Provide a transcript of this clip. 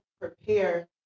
prepare